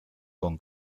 con